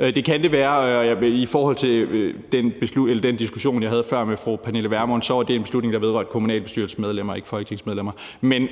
Det kan det være, og i forhold til den diskussion, jeg havde før med fru Pernille Vermund, var det en beslutning, der vedrørte kommunalbestyrelsesmedlemmer og ikke folketingsmedlemmer.